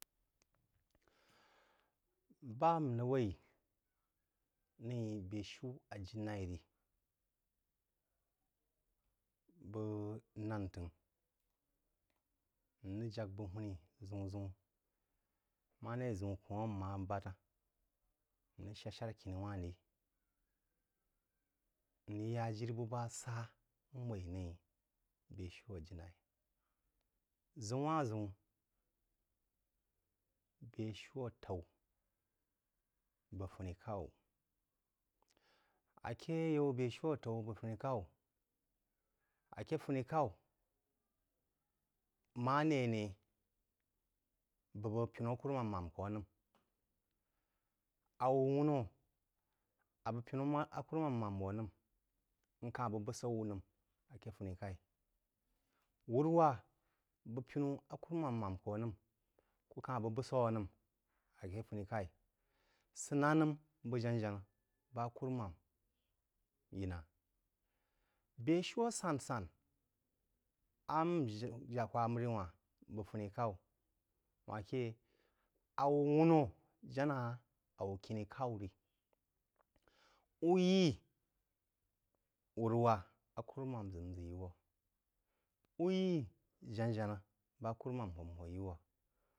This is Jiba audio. Bá á nrəg wuī nī bē shiú a jī-laī rí. Bəg nān t’əngh- n rəg jak bəg hūní zəun-ʒəun: marē ʒəu kōn ma má bād, n rəg shá-shár a khini-wanh rí, n rəg yá jiri bəg ba sán waī bē shu a ji-laī: ʒəun-wān-ʒəun bē-shiú atau bəg funi-ƙaú wú. Aké yau bē-shiú ataú bəg funi-k’aú aké funī-k’au maré a ne bu bəg pinú a kùrúmān mām kō nəm. A wú wūnō á bəg pinu̍ a kùrúmām mām wo nəm, n̄ kā bəg búsaú wu̍ nəm ké funí-k’aī, wūn-wa bəg pinú a kùrúmām mām kō nəm kú ká-h bəg bú sau nəma ké funik’ai sə ná nəm bəg jàná-janá bá á kùrúmām yī naá. Bē-shiú a sán-sán á n jak hwá məri wánh bəg funī-k’aú wán ké awú wúnō, jan-hah awú khinī-k’aú ri – ú yi wúrwa á kùrúmām ʒək n ʒə yī wú, ú jana-janá ba krumām hō n hō yi wú.